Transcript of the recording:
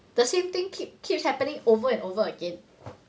the same thing keep keeps happening over and over again